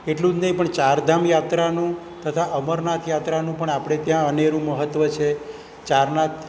એટલું જ નહીં પણ ચારધામ યાત્રાનું તથા અમરનાથ યાત્રાનું પણ આપણે ત્યાં અનેરું મહત્ત્વ છે ચારનાથ